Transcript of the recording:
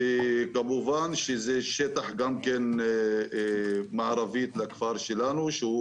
כמובן שזה שטח מערבית לכפר שלנו שזה